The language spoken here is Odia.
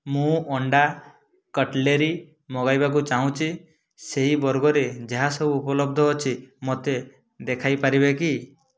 ମୁଁ ଅଣ୍ଡା କଟ୍ଲେରୀ ମଗାଇବାକୁ ଚାହୁଁଛି ସେହି ବର୍ଗରେ ଯାହା ସବୁ ଉପଲବ୍ଧ ଅଛି ମୋତେ ଦେଖାଇପାରିବେ କି